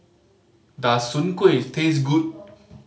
does Soon Kuih taste good